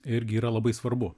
irgi yra labai svarbu